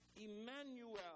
Emmanuel